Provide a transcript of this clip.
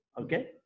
okay